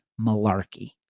malarkey